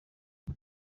iyo